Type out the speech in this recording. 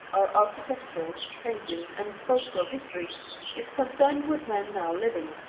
our architectural, painting, and sculptural history is concerned with men now living,